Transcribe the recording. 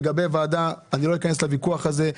לגבי הוועדה אני לא אכנס לוויכוח הזה.